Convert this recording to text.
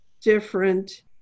different